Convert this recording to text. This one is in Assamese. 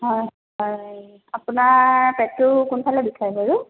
হয় হয় আপোনাৰ পেটটো কোনফালে বিষায় বাৰু